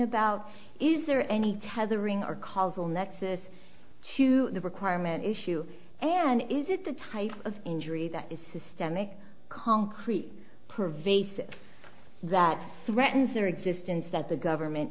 about is there any tethering or causal nexus to the requirement issue and is it the type of injury that is systemic concrete pervasive that threatens their existence that the government